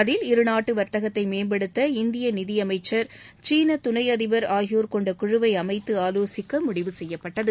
அதில் இருநாட்டு வர்த்தகத்தை மேம்படுத்த இந்திய நிதியமைச்சர் சீன துணை அதிபர் ஆகியோர் கொண்ட குழுவை அமைத்து ஆலோசிக்க முடிவு செய்யப்பட்டது